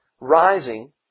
rising